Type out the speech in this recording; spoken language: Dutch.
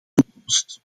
toekomst